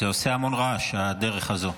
זה עושה המון רעש, הדרך הזו.